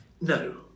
no